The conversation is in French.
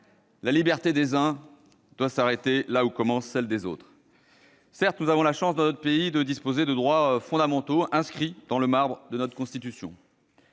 la liberté des uns doit s'arrêter là où commence celle des autres. Très bien ! Certes, nous avons la chance, dans notre pays, de disposer de droits fondamentaux inscrits dans le marbre de notre Constitution.